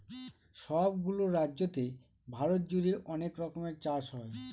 সব গুলো রাজ্যতে ভারত জুড়ে অনেক রকমের চাষ হয়